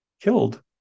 killed